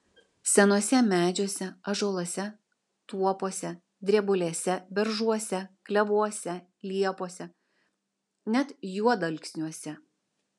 senuose medžiuose ąžuoluose tuopose drebulėse beržuose klevuose liepose net juodalksniuose